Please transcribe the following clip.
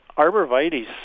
Arborvitae